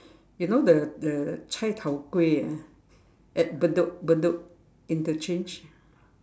you know the the cai-tao-kway ah at Bedok Bedok interchange